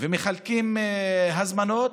ומחלקים הזמנות,